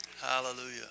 Hallelujah